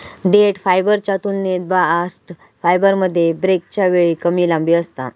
देठ फायबरच्या तुलनेत बास्ट फायबरमध्ये ब्रेकच्या वेळी कमी लांबी असता